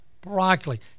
broccoli